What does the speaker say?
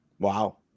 Wow